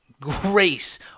grace